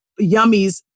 Yummies